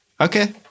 Okay